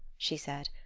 she said,